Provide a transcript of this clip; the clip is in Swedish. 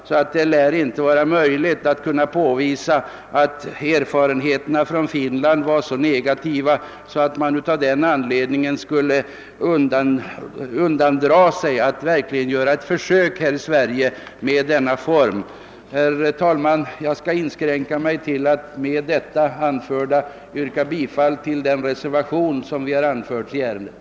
Det lär därför inte vara möjligt att påvisa att erfarenheterna i Finland var så negativa, att man av den anledningen bör undandra sig att här i Sverige göra ett försök med denna form av värdefasta lån. Herr talman! Jag skall begränsa mig till att med det anförda yrka bifall till den reservation som vi anfört i ärendet.